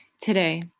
today